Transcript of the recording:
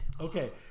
Okay